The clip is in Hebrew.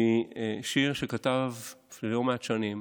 משיר שכתב לפני לא מעט שנים